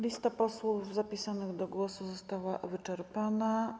Lista posłów zapisanych do głosu została wyczerpana.